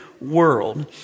world